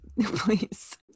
please